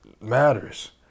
matters